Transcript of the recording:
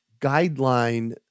guideline